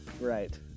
Right